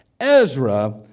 Ezra